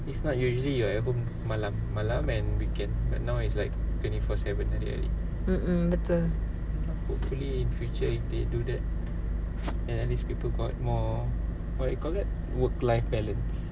mm mm betul